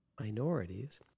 minorities